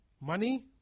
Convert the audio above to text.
Money